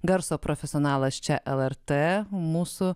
garso profesionalas čia lrt mūsų